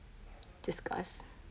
discuss